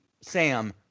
Sam